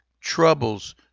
troubles